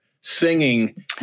singing